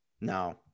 No